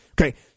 Okay